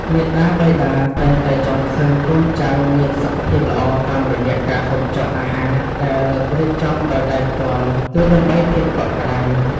មាតាបិតាតែងតែចង់ឃើញកូនចៅមានសុខភាពល្អតាមរយៈការហូបចុកអាហារដែលរៀបចំដោយដៃផ្ទាល់ គឺ ដើម្បីភាពកក់ក្ដៅ។